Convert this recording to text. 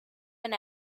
and